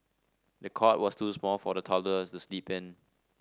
the cot was too small for the toddler to sleep in